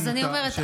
אז אני אומרת,